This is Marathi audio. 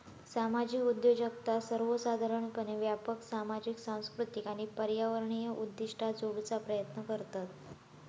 सामाजिक उद्योजकता सर्वोसाधारणपणे व्यापक सामाजिक, सांस्कृतिक आणि पर्यावरणीय उद्दिष्टा जोडूचा प्रयत्न करतत